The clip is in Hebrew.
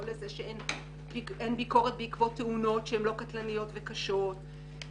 לא לזה שאין ביקורת בעקבות שאינן קטלניות וקשות,